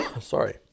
Sorry